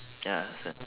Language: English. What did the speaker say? ya understand